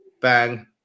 bang